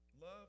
Love